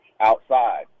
outside